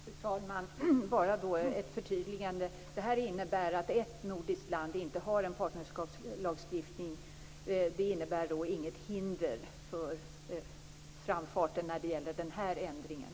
Fru talman! Jag vill bara göra ett förtydligande. Det här innebär att ett nordiskt land inte har en partnerskapslagstiftning, men det innebär inget hinder för framfarten när det gäller den här ändringen.